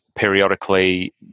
Periodically